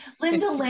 Linda